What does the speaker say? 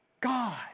God